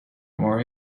worry